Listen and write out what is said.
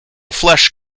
flesh